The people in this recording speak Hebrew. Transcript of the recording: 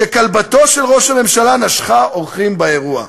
שכלבתו של ראש הממשלה נשכה אורחים באירוע.